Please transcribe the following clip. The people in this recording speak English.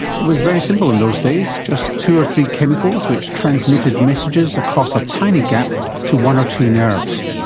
it was very simple in those days, just two or three chemicals which transmitted messages across a tiny gap to one or two nerves.